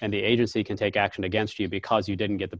and the agency can take action against you because you didn't get the